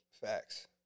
Facts